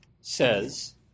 says